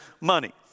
money